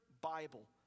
Bible